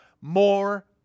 More